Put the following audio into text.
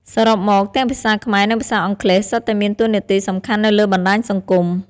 សរុបមក ទាំងភាសាខ្មែរ និងភាសាអង់គ្លេសសុទ្ធតែមានតួនាទីសំខាន់នៅលើបណ្ដាញសង្គម។